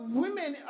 women